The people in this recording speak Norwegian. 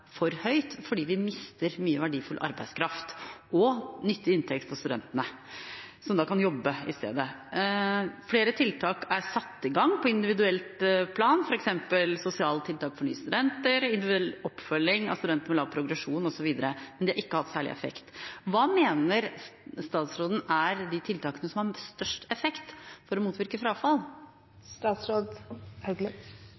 for høyt, fordi vi mister mye verdifull arbeidskraft og nyttig inntekt for studentene, som da kan jobbe i stedet. Flere tiltak er satt i gang på individuelt plan, f.eks. sosiale tiltak for nye studenter, individuell oppfølging av studenter med lav progresjon osv., men det har ikke hatt særlig effekt. Hvilke tiltak mener statsråden har størst effekt for å motvirke